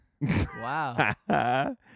Wow